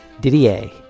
didier